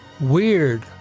weird